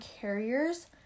carriers